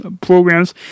programs